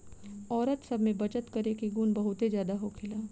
औरत सब में बचत करे के गुण बहुते ज्यादा होखेला